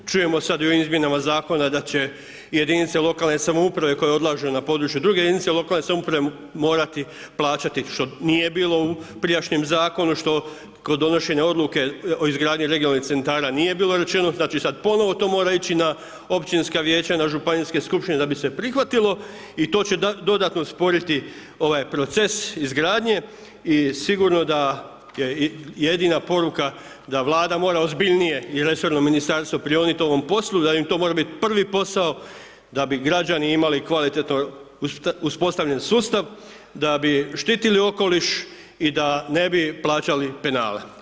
Čujemo sada i u izmjenama zakona da će i jedinice lokalne samouprave, koje odlaže na području na području druge jedinice lokalne samouprave, morati plaćati što nije bilo u prijašnjem zakona, što kod donošenje odluke o izgradnji regionalnih centara nije bilo rečeno, znači sada ponovno to mora ići na općinska vijeća, na županijske skupštine da bi se prihvatilo i to će dodatno usporiti ovaj proces izgradnje i sigurno da je jedina poruka da vlada mora ozbiljnije i resorno ministarstvo prionuti ovom poslu, da mi to mora biti prvi posao da bi građani imali kvalitetno uspostavljen sustav, da bi štitili okoliši da ne bi plaćali penale.